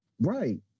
Right